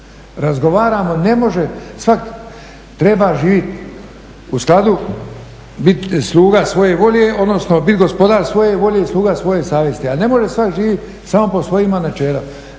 Razgovaramo, ne može, svako treba živjeti u skladu biti sluga svoje volje, odnosno biti gospodar svoje volje i sluga svoje savjesti. A ne može svako živjeti samo po svojim načelima,